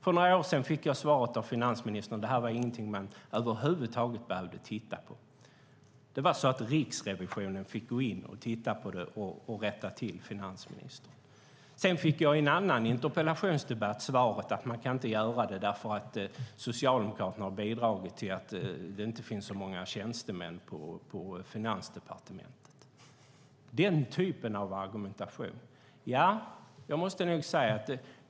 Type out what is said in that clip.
För några år sedan fick jag svaret av finansministern att detta inte var något som man över huvud taget behövde titta på. Riksrevisionen fick gå in och titta på det och rätta finansministern. I en annan interpellationsdebatt fick jag svaret att man inte kan göra det eftersom Socialdemokraterna har bidragit till att det inte finns så många tjänstemän på Finansdepartementet. Det var den typen av argumentation.